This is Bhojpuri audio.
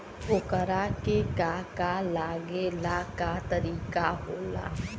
ओकरा के का का लागे ला का तरीका होला?